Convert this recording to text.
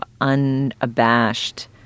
unabashed